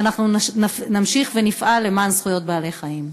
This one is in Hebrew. ואנחנו נמשיך ונפעל למען זכויות בעלי-החיים.